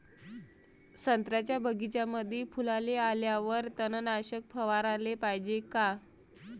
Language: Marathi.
संत्र्याच्या बगीच्यामंदी फुलाले आल्यावर तननाशक फवाराले पायजे का?